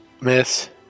Miss